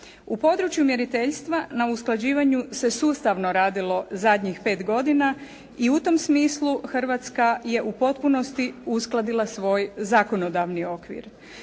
U području mjeriteljstva na usklađivanju se sustavno radilo zadnjih 5 godina i u tom smislu Hrvatska je u potpunosti uskladila svoj zakonodavni okvir.